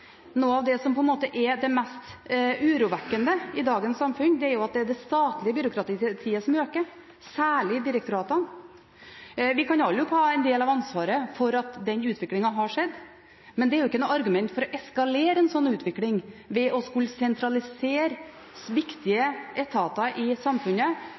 Noe av det som er mest urovekkende i dagens samfunn, er at det er det statlige byråkratiet som øker, særlig direktoratene. Vi kan alle ta en del av ansvaret for den utviklingen, men det er ikke noe argument for å eskalere en slik utvikling. Det å skulle sentralisere viktige etater i samfunnet,